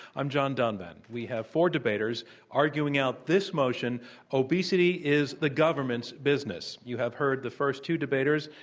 i'm john donvan. we have four debaters arguing out this motion obesity is the government's business. you have heard the first two debaters.